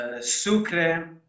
Sucre